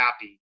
happy